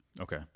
Okay